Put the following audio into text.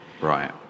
Right